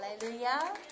Hallelujah